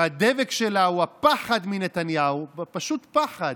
שהדבק שלה הוא הפחד מנתניהו, פשוט פחד,